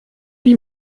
die